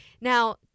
Now